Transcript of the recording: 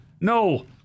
No